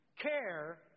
care